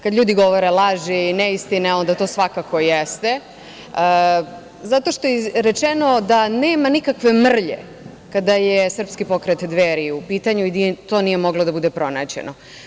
Kada ljudi govore laži, neistine, onda to svakako jeste zato što je izrečeno da nema nikakve mrlje kada Srpski pokret Dveri u pitanju i da to nije moglo da bude pronađeno.